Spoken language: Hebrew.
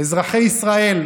אזרחי ישראל.